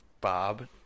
Bob